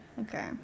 Okay